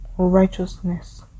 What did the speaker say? righteousness